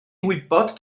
wybod